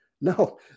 no